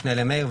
נפנה למאיר,